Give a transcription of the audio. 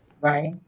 Right